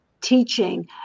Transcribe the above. teaching